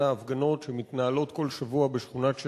ההפגנות שמתנהלות כל שבוע בשכונת שיח'-ג'ראח.